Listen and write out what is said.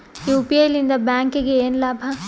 UPI ಲಿಂದ ಬ್ಯಾಂಕ್ಗೆ ಏನ್ ಲಾಭ?